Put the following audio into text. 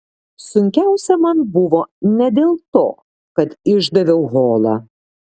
sunkiausia man buvo ne dėl to kad išdaviau holą